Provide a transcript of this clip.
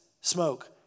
smoke